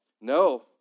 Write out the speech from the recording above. No